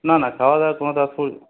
না না খাওয়াদাওয়ার কোনও